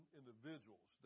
individuals